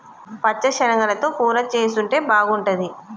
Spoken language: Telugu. పచ్చ శనగలతో కూర చేసుంటే బాగుంటది